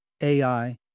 AI